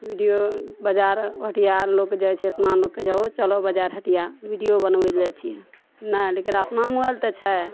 video बजार हटिया अर लोक जाइ छै अपना लोकके कहय छै हे चलो बजार हटिआ विडियो बनबै लऽ जाइ छियै नै लेकिन अपना मोबाइल तऽ छै